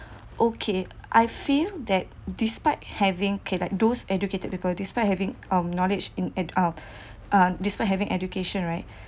okay I I feel that despite having okay like those educated people despite having um knowledge in at uh uh despite having education right